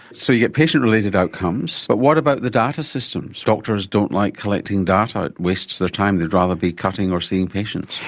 so you get patient related outcomes. but what about the data systems? doctors don't like collecting data, it wastes their time, they'd rather be cutting or seeing patients.